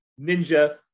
Ninja